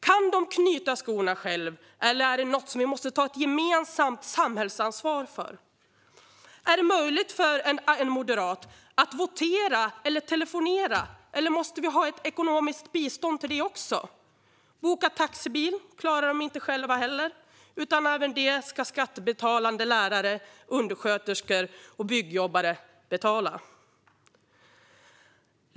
Kan en moderat knyta skorna själv eller är det något som vi måste ta ett gemensamt samhällsansvar för? Är det möjligt för en moderat att votera eller telefonera, eller måste det finnas ett ekonomiskt bistånd för det också? Boka taxibil klarar en moderat inte heller själv, utan även detta ska skattebetalande lärare, undersköterskor och byggjobbare betala.